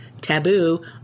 taboo